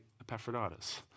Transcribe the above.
Epaphroditus